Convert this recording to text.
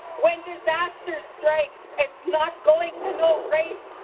when disaster strikes, it's not going to know race,